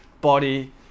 Body